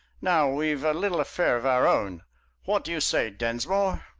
now we've a little affair of our own what do you say, densmore?